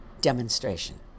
demonstration